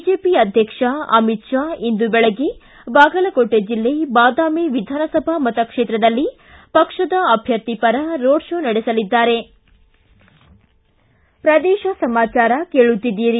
BJP ಅಧ್ಯಕ್ಷ ಅಮಿತ್ ಶಾ ಇಂದು ಬೆಳಗ್ಗೆ ಬಾಗಲಕೋಟೆ ಜಿಲ್ಲೆ ಬಾದಾಮಿ ವಿಧಾನಸಭಾ ಮತಕ್ಷೇತ್ರದಲ್ಲಿ ಪಕ್ಷದ ಅಧ್ಯರ್ಥಿ ಪರ ರೋಡ ಶೋ ನಡೆಸಲಿದ್ದಾರೆ ಪ್ರದೇಶ ಸಮಾಚಾರ ಕೇಳುತ್ತೀದ್ದಿರಿ